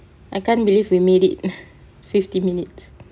I can't believe we made it fifty minutes